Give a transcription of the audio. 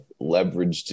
leveraged